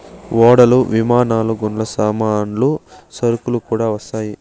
ఓడలు విమానాలు గుండా సామాన్లు సరుకులు కూడా వస్తాయి